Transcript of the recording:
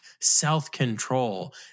self-control